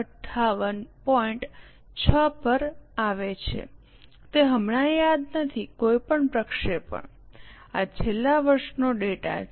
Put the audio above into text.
6 પર આવે છે તે હમણાં યાદ નથી કોઈ પ્રક્ષેપણ આ છેલ્લા વર્ષોનો ડેટા છે